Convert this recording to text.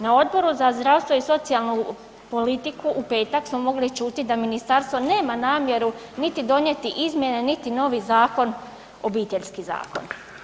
Na Odboru za zdravstvo i socijalnu politiku u petak smo mogli čuti da ministarstvo nema namjeru niti donijeti izmjene niti novi zakon, Obiteljski zakon.